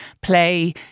play